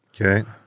Okay